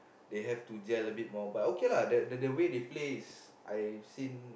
they have to gel a bit more but okay lah the the the way they play is I've seen